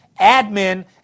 admin